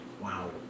Wow